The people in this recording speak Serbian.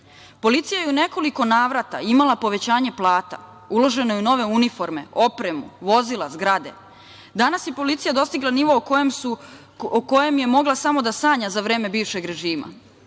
Policija je u nekoliko navrata imala povećanje plata, uloženo je u nove uniforme, opremu, vozila, zgrade. Danas je policija dostigla nivo o kojem je mogla samo da sanja za vreme bivšeg režima.